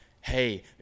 hey